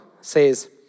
says